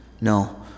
no